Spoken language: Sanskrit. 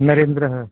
नरेन्द्रः